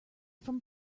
from